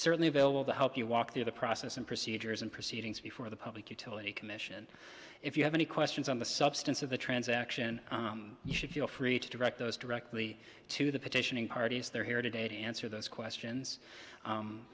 certainly bill will that help you walk through the process and procedures and proceedings before the public utility commission and if you have any questions on the substance of the transaction you should feel free to direct those directly to the petitioning parties they're here today to answer those questions